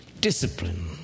discipline